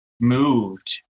moved